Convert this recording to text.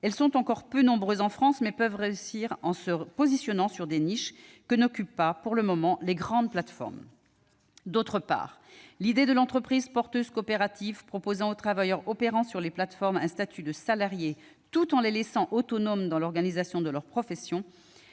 Elles sont encore peu nombreuses en France, mais elles peuvent réussir, en se positionnant sur des niches que n'occupent pas, pour le moment, les grandes plateformes. D'autre part, l'idée de l'entreprise porteuse coopérative proposant aux travailleurs opérant sur les plateformes un statut de salarié tout en les laissant autonomes dans l'organisation de leur profession